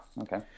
okay